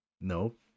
Nope